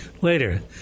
later